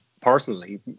personally